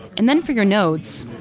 and then for your nodes,